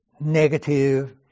negative